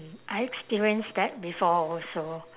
I experienced that before also